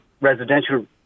residential